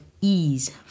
ease